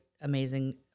amazing